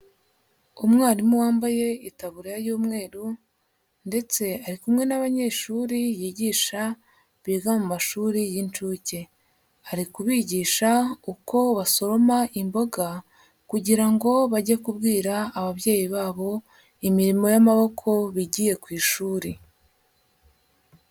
Umwarimu wambaye itaburiya y'umweru ndetse ari kumwe n'abanyeshuri yigisha biga mu mashuri y'incuke, ari kubigisha uko basoma imboga kugira ngo bajye kubwira ababyeyi babo imirimo y'amaboko bigiye ku ishuri.